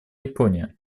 япония